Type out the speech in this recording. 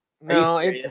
no